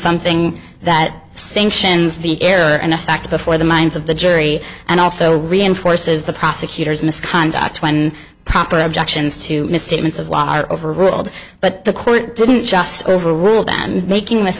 something that sanctions the air in effect before the minds of the jury and also reinforces the prosecutor's misconduct when proper objections to misstatements of law are overruled but the court didn't just overrule them making this